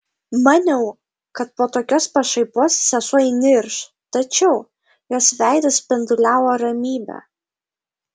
maniau kad po tokios pašaipos sesuo įnirš tačiau jos veidas spinduliavo ramybe